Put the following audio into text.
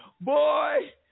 Boy